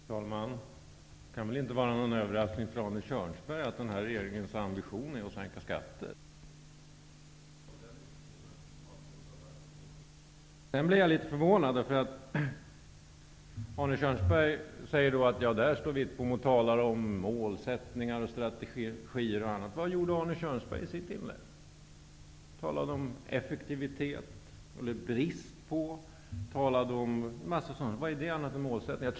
Herr talman! Det kan väl inte vara någon överraskning för Arne Kjörnsberg att den här regeringens ambition är att sänka skatter. Jag blev litet förvånad när Arne Kjörnsberg sade att jag stod här och talade om målsättningar, stategier och liknande. Men vad gjorde Arne Kjörnsberg i sitt inlägg? Han talade om effektivitet -- eller brist på effektivitet -- och annat sådant. Vad är det annat än målsättningar?